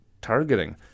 targeting